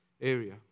area